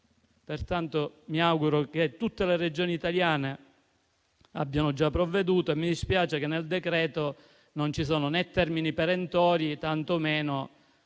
aprile. Mi auguro che tutte le Regioni italiane abbiano già provveduto e mi dispiace che nel decreto non ci siano termini perentori, né tantomeno